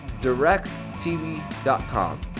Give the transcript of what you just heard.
directtv.com